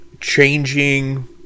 changing